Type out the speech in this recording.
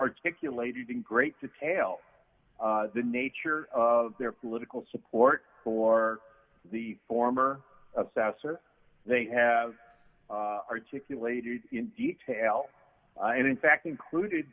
articulated in great detail the nature of their political support for the former assessor they have articulated in detail and in fact included